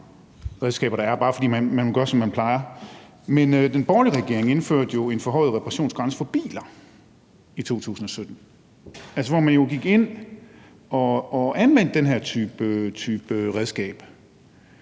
den borgerlige regering indførte jo en forhøjet reparationsgrænse for biler i 2017, hvor man gik ind og anvendte den her type redskab.